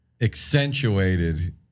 accentuated